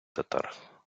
татар